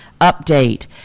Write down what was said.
update